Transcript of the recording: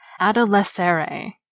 adolescere